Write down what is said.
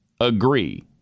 agree